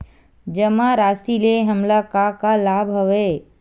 जमा राशि ले हमला का का लाभ हवय?